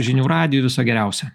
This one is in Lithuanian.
žinių radiju viso geriausio